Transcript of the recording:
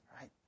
Right